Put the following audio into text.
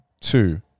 two